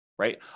right